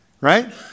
right